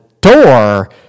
door